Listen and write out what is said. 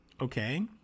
Okay